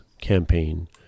campaign